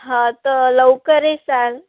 हो तर लवकर येशाल